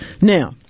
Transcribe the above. Now